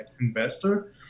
investor